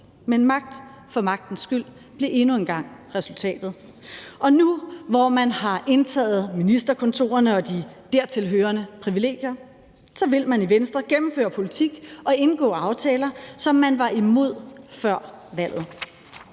Men magt for magtens skyld blev endnu en gang resultatet. Og nu, hvor man har indtaget ministerkontorerne og de dertil hørende privilegier, så vil man i Venstre gennemføre politik og indgå aftaler, som man var imod før valget.